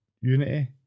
unity